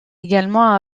également